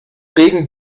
regen